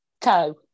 Toe